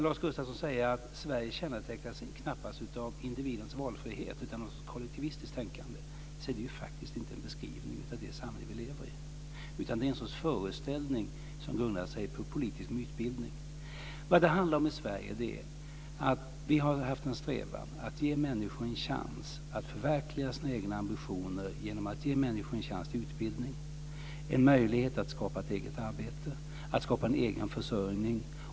Lars Gustafsson säger att Sverige knappast kännetecknas av individens valfrihet utan av ett kollektivistiskt tänkande. Det är faktiskt inte en beskrivning av det samhälle som vi lever i, utan det är en sorts föreställning som grundar sig på politisk mytbildning. Vad det handlar om i Sverige är att vi har haft en strävan att ge människor en chans att förverkliga sina egna ambitioner genom att ge dem möjlighet till utbildning, förutsättningar att skapa ett eget arbete och en egen försörjning.